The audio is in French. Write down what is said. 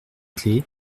clef